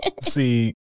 See